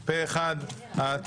פה אחד אושר.